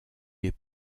des